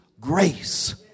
grace